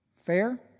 Fair